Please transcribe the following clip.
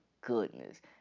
goodness